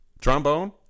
Trombone